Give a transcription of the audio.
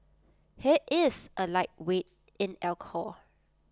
he is A lightweight in alcohol